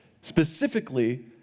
Specifically